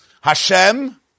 Hashem